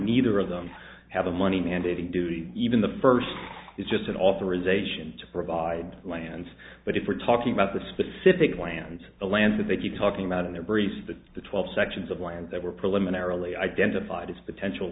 neither of them have the money mandating duty even the first is just an authorization to provide lands but if we're talking about the specific lands the land that they keep talking about in their briefs that the twelve sections of land that were preliminarily identified as potential